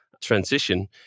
transition